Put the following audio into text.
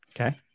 Okay